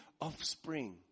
offspring